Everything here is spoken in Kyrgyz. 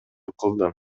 кылдым